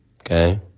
Okay